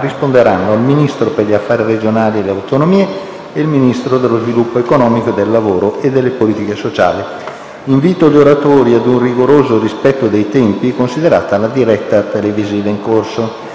risponderanno il Ministro per gli affari regionali e le autonomie e il Ministro dello sviluppo economico e del lavoro e delle politiche sociali. Invito gli oratori a un rigoroso rispetto dei tempi, considerata la diretta televisiva in corso.